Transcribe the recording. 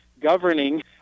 governing